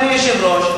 אדוני היושב-ראש,